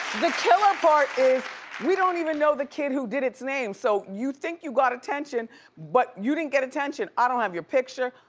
the killer part is we don't even know the kid who did its name, so you think you got attention but you didn't get attention. i don't have your picture,